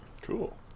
Cool